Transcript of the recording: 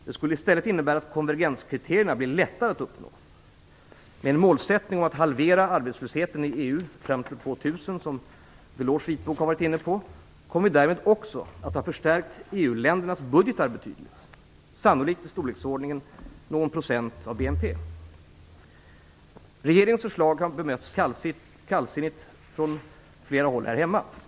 Det skulle i stället innebära att konvergenskriterierna blir lättare att uppnå. Med en målsättning om att halvera arbetslösheten i EU fram till år 2000, som Delors vitbok varit inne på, kommer vi också att ha förstärkt EU-ländernas budgetar betydligt, sannolikt med i storleksordningen någon procent av BNP. Regeringens förslag har bemötts kallsinnigt från flera håll här hemma.